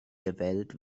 gewählt